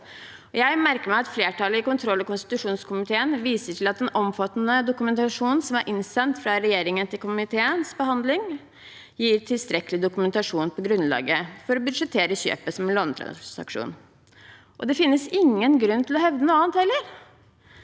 Jeg merker meg at flertallet i kontroll- og konstitusjonskomiteen viser til at den omfattende dokumentasjonen som er innsendt fra regjeringen til komiteens behandling, gir tilstrekkelig dokumentasjon på grunnlaget for å budsjettere kjøpet som en lånetransaksjon. Det finnes heller ingen grunn til å hevde noe annet.